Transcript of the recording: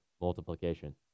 multiplication